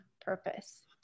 purpose